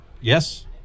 Yes